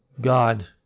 God